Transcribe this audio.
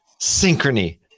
synchrony